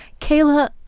Kayla